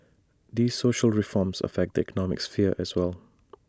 these social reforms affect the economic sphere as well